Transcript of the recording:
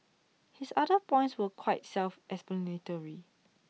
his other points are quite self explanatory